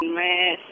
man